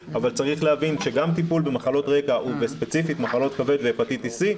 אבל צריך להבין שגם טיפול במחלות רקע וספציפית במחלות כבד והפטיטיס סי,